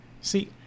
See